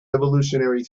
evolutionary